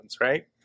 right